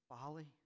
Folly